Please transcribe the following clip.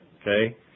okay